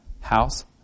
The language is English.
house